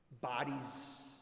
Bodies